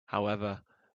however